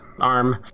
arm